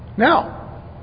Now